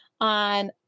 on